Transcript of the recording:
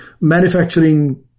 manufacturing